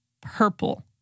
purple